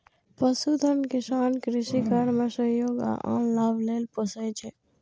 पशुधन किसान कृषि कार्य मे सहयोग आ आन लाभ लेल पोसय छै